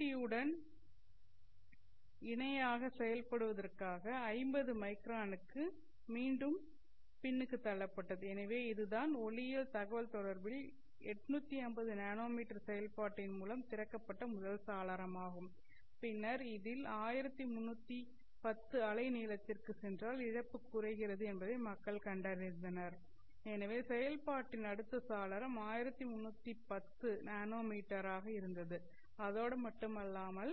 D உடன் இணையாக செயல்படுவதற்காக 50 மைக்ரானுக்குத் மீண்டும் பின்னுக்கு தள்ளப்பட்டது எனவே இதுதான் ஒளியியல் தகவல் தொடர்பில் 850 நானோமீட்டர் செயல்பாட்டின் மூலம் திறக்கப்பட்ட முதல் சாளரமாகும் பின்னர் அதிக 1310 அலை நீளத்திற்குச் சென்றால் இழப்பு குறைகிறது என்பதை மக்கள் கண்டறிந்தனர் எனவே செயல்பாட்டின் அடுத்த சாளரம் 1310 நானோமீட்டராக இருந்தது அதோடு மட்டுமல்லாமல்